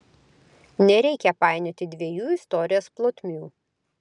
nereikia painioti dviejų istorijos plotmių